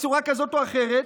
בצורה כזאת או אחרת.